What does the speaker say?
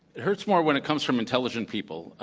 it hurts more when it comes from intelligent people.